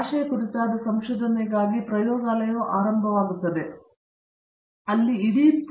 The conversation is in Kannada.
ಭಾಷೆಯ ಕುರಿತಾದ ಸಂಶೋಧನೆಗಾಗಿ ಪ್ರಯೋಗಾಲಯವು ಪ್ರಾರಂಭವಾಗುತ್ತದೆ ಅಲ್ಲಿ ಇಡೀ ಪ್ರಯೋಗಾಲಯವು ಪ್ರಯೋಗಾಲಯವಾಗಿದೆ